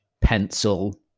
pencil